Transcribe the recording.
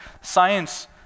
science